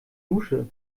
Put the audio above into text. dusche